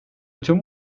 tüm